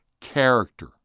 character